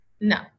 No